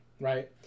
right